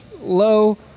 Low